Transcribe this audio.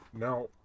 Now